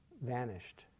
vanished